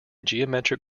geometric